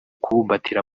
kubumbatira